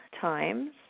times